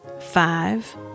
Five